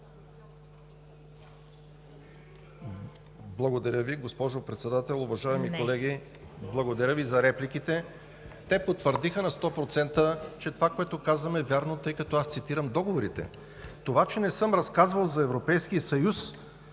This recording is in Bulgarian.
Благодаря Ви, госпожо Председател. Уважаеми колеги, благодаря Ви за репликите. Те на 100% потвърдиха, че това, което казвам, е вярно, тъй като аз цитирам договорите. Това, че не съм разказвал за Европейския съюз,